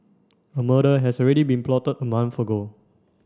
a murder has already been plotted a month ago